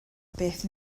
beth